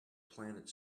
planet